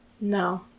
No